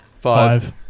Five